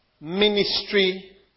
ministry